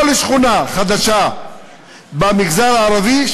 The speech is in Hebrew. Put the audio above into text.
כל שכונה חדשה במגזר הערבי,